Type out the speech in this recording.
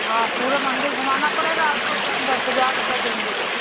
हाँ पूरे मंदिर घुमाना पड़ेगा आपको फिर हम दस हजार रुपये देंगे तो